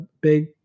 big